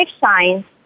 science